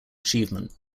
achievement